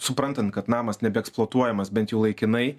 suprantant kad namas nebeeksploatuojamas bent laikinai